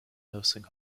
nursing